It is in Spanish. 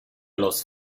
los